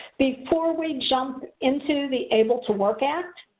before we jump into the able to work act,